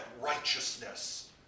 righteousness